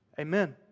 Amen